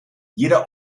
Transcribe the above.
jeder